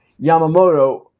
Yamamoto